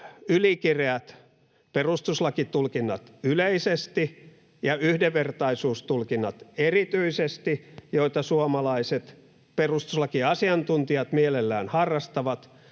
ylikireät perustuslakitulkinnat yleisesti ja yhdenvertaisuustulkinnat erityisesti, joita suomalaiset perustuslakiasiantuntijat mielellään harrastavat,